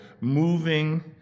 moving